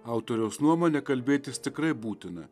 autoriaus nuomone kalbėtis tikrai būtina